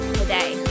today